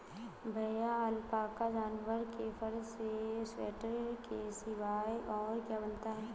भैया अलपाका जानवर के फर से स्वेटर के सिवाय और क्या बनता है?